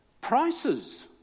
Prices